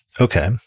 Okay